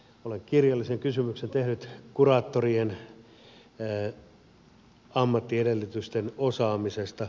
olen kirjallisen kysymyksen tehnyt kuraattorien ammattiedellytysten osaamisesta